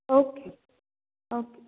okay okay